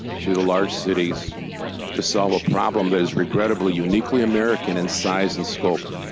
to the large cities to solve a problem that is regrettably uniquely american in size and scope.